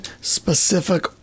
specific